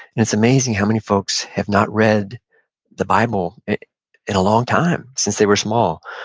and it's amazing how many folks have not read the bible in a long time, since they were small.